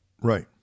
Right